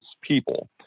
people